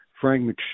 Frank